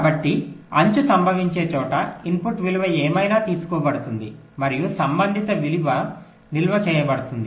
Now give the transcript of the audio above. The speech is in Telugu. కాబట్టి అంచు సంభవించే చోట ఇన్పుట్ విలువ ఏమైనా తీసుకోబడుతుంది మరియు సంబంధిత విలువ నిల్వ చేయబడుతుంది